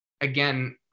again